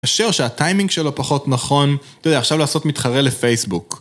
אשר שהטיימינג שלו פחות נכון, לא יודע, עכשיו לעשות מתחרה לפייסבוק.